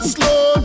Slow